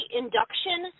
induction